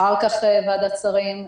אחר כך ועדת שרים.